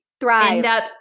thrive